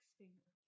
finger